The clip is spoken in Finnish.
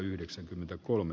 kannatan